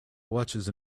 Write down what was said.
watches